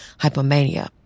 hypomania